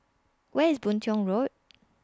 Where IS Boon Tiong Road